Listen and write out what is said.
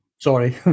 Sorry